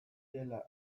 dela